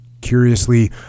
Curiously